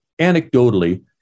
anecdotally